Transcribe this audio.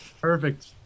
perfect